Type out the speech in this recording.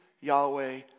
Yahweh